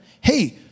Hey